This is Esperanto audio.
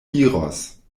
iros